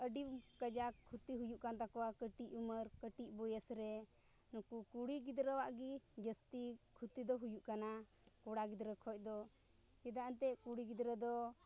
ᱟᱹᱰᱤ ᱠᱟᱡᱟᱠ ᱠᱷᱚᱛᱤ ᱦᱩᱭᱩᱜ ᱠᱟᱱ ᱛᱟᱠᱚᱣᱟ ᱠᱟᱹᱴᱤᱡ ᱩᱢᱟᱹᱨ ᱠᱟᱹᱴᱤᱡ ᱵᱚᱭᱮᱥ ᱨᱮ ᱱᱩᱠᱩ ᱠᱩᱲᱤ ᱜᱤᱫᱽᱨᱟᱹᱣᱟᱜ ᱜᱮ ᱡᱟᱹᱥᱛᱤ ᱠᱷᱚᱛᱤ ᱫᱚ ᱦᱩᱭᱩᱜ ᱠᱟᱱᱟ ᱠᱚᱲᱟ ᱜᱤᱫᱽᱨᱟᱹ ᱠᱷᱚᱡ ᱫᱚ ᱪᱮᱫᱟᱜ ᱮᱱᱛᱮᱫ ᱠᱩᱲᱤ ᱜᱤᱫᱽᱨᱟᱹ ᱫᱚ